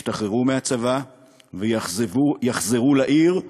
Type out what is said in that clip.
ישתחררו מהצבא ויחזרו לעיר,